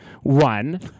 one